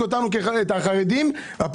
ובלוד - נמצא כאן חבר מועצת רמלה מינו אבו לבן - ולמה